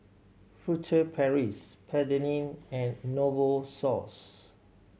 Furtere Paris Petadine and Novosource